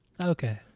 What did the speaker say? Okay